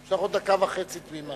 יש לך עוד דקה וחצי תמימות.